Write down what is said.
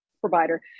provider